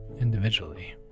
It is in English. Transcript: individually